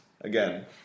Again